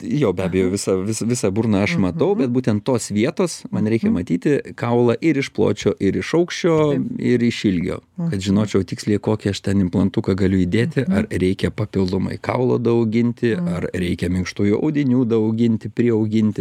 jo be abejo visą visą burną aš matau bet būtent tos vietos man reikia matyti kaulą ir iš pločio ir iš aukščio ir iš ilgio kad žinočiau tiksliai kokį aš ten implantuką galiu įdėti ar reikia papildomai kaulo daauginti ar reikia minkštųjų audinių daauginti priauginti